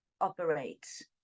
operates